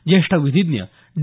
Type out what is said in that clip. ज्येष्ठ विधिज्ञ डी